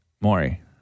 Maury